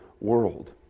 world